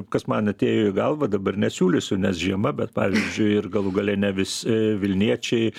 kas man atėjo į galvą dabar nesiūlysiu nes žiema bet pavyzdžiui ir galų gale ne visi vilniečiai